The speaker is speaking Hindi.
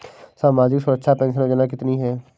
सामाजिक सुरक्षा पेंशन योजना कितनी हैं?